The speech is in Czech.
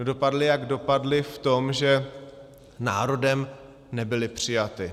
Dopadly, jak dopadly, v tom, že národem nebyly přijaty.